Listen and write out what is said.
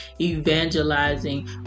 evangelizing